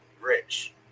rich